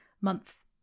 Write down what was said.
month